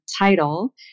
title